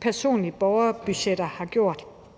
personlige borgerbudgetter har gjort,